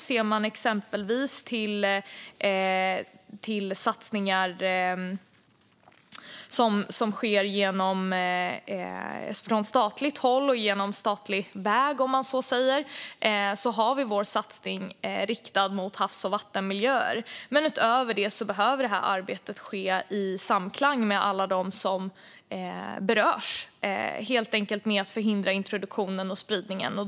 Ser man exempelvis till satsningar som sker från statligt håll och på statlig väg har vi vår satsning riktad mot havs och vattenmiljöer. Utöver det behöver arbete ske i samklang med alla dem som berörs. Det gäller helt enkelt att förhindra introduktionen och spridningen.